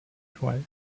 twice